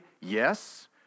Yes